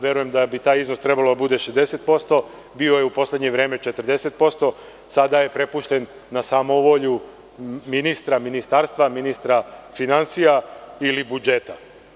Verujem da bi taj iznos trebalo da bude 60%, bio je u poslednje vreme 40%, a sada je prepušten na samovolju ministra, ministarstva, ministra finansija ili budžeta.